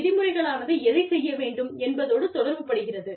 விதிமுறைகளானது எதைச் செய்ய வேண்டும் என்பதோடு தொடர்பு படுகிறது